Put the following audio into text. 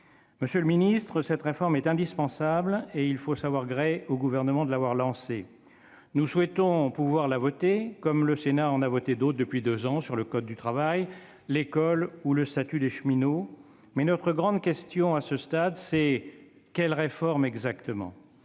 Monsieur le secrétaire d'État, cette réforme est indispensable et il faut savoir gré au Gouvernement de l'avoir lancée. Nous souhaitons pouvoir la voter, comme le Sénat l'a fait pour d'autres depuis deux ans- le code du travail, l'école ou le statut des cheminots -, mais notre grande question à ce stade, c'est : quelle réforme exactement ?